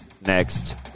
next